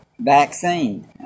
vaccine